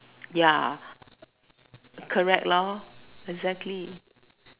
ya correct exactly